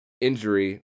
Injury